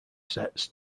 sets